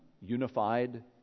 unified